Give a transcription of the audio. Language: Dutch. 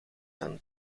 dan